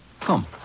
Come